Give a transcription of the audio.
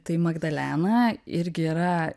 tai magdalena irgi yra